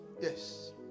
Yes